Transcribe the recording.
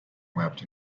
wept